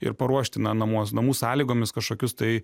ir paruošti na namuos namų sąlygomis kažkokius tai